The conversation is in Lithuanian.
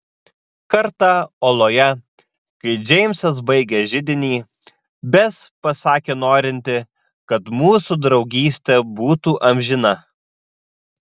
kartą oloje kai džeimsas baigė židinį bes pasakė norinti kad mūsų draugystė būtų amžina